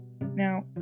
Now